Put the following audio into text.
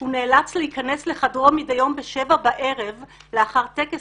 הוא נאלץ להיכנס לחדרו מדיי יום בשבע בערב לאחר טקס